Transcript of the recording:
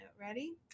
Ready